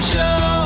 Show